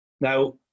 Now